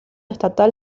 estatal